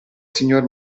signor